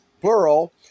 plural